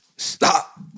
Stop